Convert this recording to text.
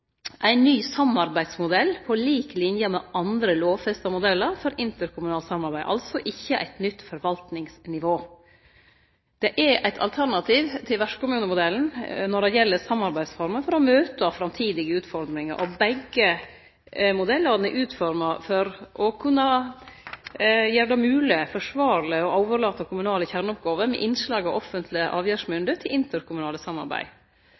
ny samarbeidsmodell på lik linje med andre lovfesta modeller for interkommunalt samarbeid, altså ikkje eit nytt forvaltingsnivå. Det er eit alternativ til vertskommunemodellen når det gjeld samarbeidsformer for å møte framtidige utfordringar, og begge modellane er utforma for å kunne gjere det mogleg og forsvarleg å overlate kommunale kjerneoppgåver med innslag av offentleg avgjerdsmynde til interkommunalt samarbeid.